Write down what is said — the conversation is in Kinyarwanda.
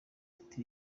ati